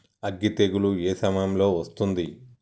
అగ్గి తెగులు ఏ సమయం లో వస్తుంది?